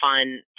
fun